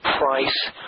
price